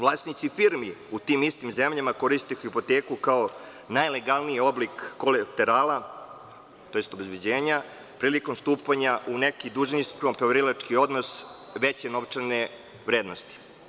Vlasnici firmi u tim istim zemljama koriste hipoteku kao najlegalniji oblik kolaterala, tj. obezbeđenja prilikom stupanja u neki dužničko-poverilački odnos veće novčane vrednosti.